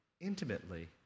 intimately